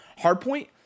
hardpoint